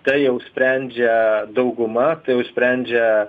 tai jau sprendžia dauguma sprendžia